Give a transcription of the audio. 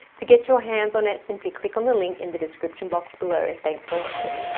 to get your hands on it, simply click on the link in the description box below. and thanks for watching.